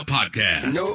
Podcast